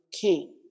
king